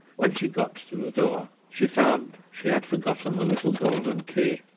when she got to the door, she found she had forgotten the little golden key,